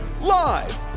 Live